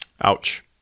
Ouch